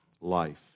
life